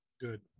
Good